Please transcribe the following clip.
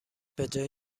بجای